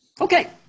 Okay